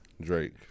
Drake